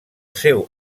seu